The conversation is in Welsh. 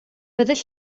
byddech